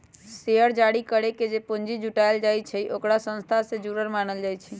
share जारी करके जे पूंजी जुटाएल जाई छई ओकरा संस्था से जुरल मानल जाई छई